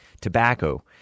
Tobacco